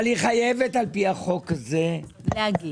אבל היא חייבת על פי החוק הזה להגיש.